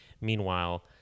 Meanwhile